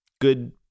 Good